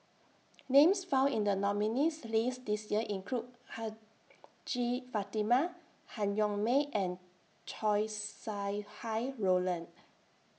Names found in The nominees' list This Year include Hajjah Fatimah Han Yong May and Chow Sau Hai Roland